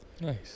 Nice